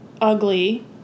ugly